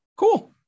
Cool